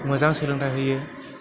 मोजां सोलोंथाइ होयो